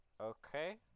okay